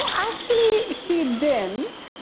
actually he didn't,